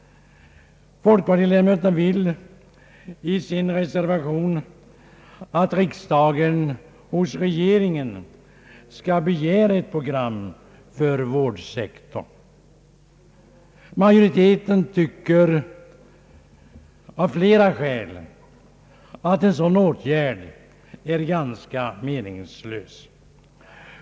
Man yrkar i reservationen att riksdagen hos regeringen skall begära ett program för vårdsektorn. Majoriteten anser — av flera skäl — att en sådan åtgärd är ganska meningslös.